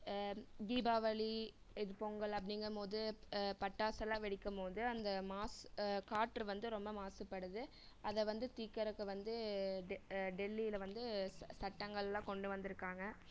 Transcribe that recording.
தீபாவளி இது பொங்கல் அப்டிங்குபோது பட்டாசெல்லாம் வெடிக்கம்மோது அந்த மாஸ் காற்று வந்து ரொம்ப மாசுபடுது அதை வந்து தீர்க்கறத்க்கு வந்து டெ டெல்லியில் வந்து ஸ் சட்டங்கள்லாம் கொண்டு வந்திருக்காங்க